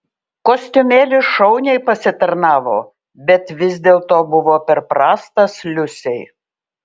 kostiumėlis šauniai pasitarnavo bet vis dėlto buvo per prastas liusei